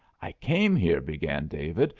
i came here, began david,